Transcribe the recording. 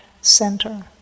center